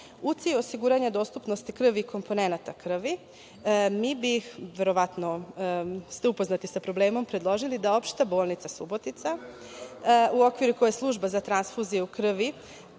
u cilju osiguranja dostupnosti krvi i komponenata krvi. Mi bi, verovatno ste upoznati sa problemom, predložili da Opšta bolnica Subotica u okviru koje služba za transfuziju krvi